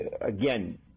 again